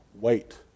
Wait